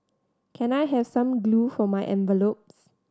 can I have some glue for my envelopes